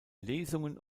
lesungen